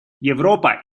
европа